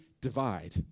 Divide